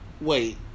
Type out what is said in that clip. Wait